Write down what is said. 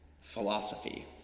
philosophy